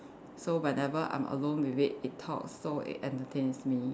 so whenever I'm alone with it it talks so it entertains me